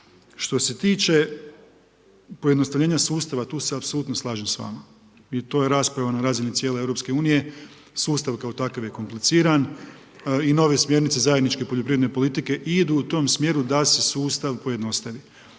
Što se tiče pojednostavljenja sustava, tu se apsolutno slažem s vama. I to je rasprava na razini cijele EU. Sustav kao takav je kompliciran i nove smjernice zajedničke poljoprivredne politike idu u tom smjeru da se sustav pojednostavi.